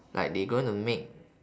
like they gonna make